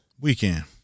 Weekend